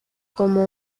como